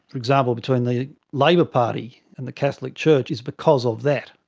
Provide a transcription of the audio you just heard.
for example, between the labor party and the catholic church is because of that.